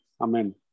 Amen